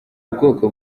ubwoko